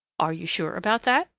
are you sure about that?